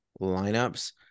lineups